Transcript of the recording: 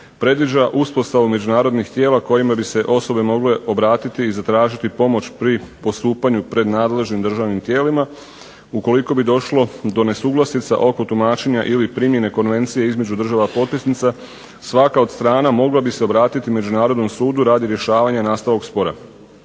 predviđa uspostavu međunarodnih tijela kojima bi se osobe mogle obratiti i zatražiti pomoć pri postupanju pred nadležnim državnim tijelima. Ukoliko bi došlo do nesuglasica oko tumačenja ili primjene konvencije između država potpisnica svaka od strana mogla bi se obratiti međunarodnom sudu radi rješavanja nastalog spora.